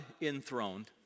enthroned